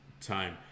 time